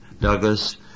Douglas